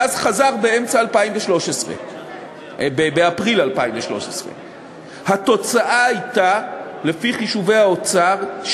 הגז חזר באפריל 2013. לפי חישובי האוצר,